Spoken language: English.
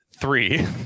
three